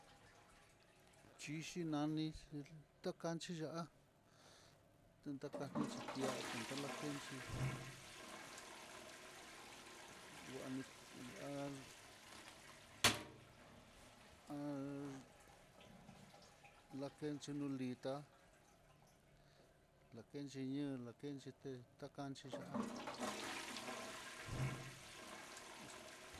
Chixhi nani takanchi ya'á tanta kani xhinti, ya'a tetankenchí nguani ku'a, an nakenxhi nuulita, lakenxhi ñu'a lakenxhi té takanxhi yu'a ex.